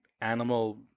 animal